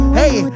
hey